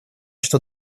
что